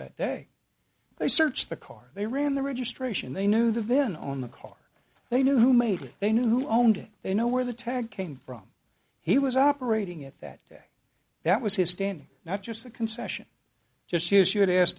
that day they searched the car they ran the registration they knew the vin on the car they knew who made it they knew who owned it they know where the tag came from he was operating at that day that was his standing not just the concession just his you had ask